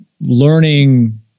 learning